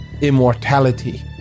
Immortality